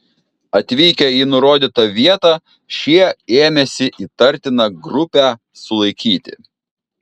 atvykę į nurodytą vietą šie ėmėsi įtartiną grupę sulaikyti